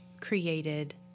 created